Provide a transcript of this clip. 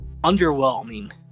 underwhelming